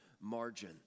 margin